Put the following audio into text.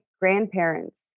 grandparents